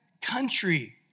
country